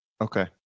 okay